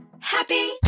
Happy